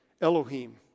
Elohim